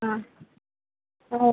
ஆ ஆ